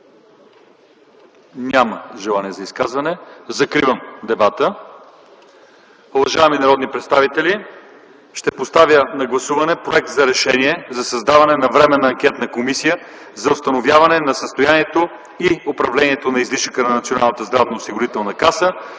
Няма. Желание за изказване? Няма. Закривам дебата. Уважаеми народни представители, поставям на гласуване проект за Решение за създаване на Временна анкетна комисия за установяване на състоянието и управлението на излишъка на Националната здравноосигурителна каса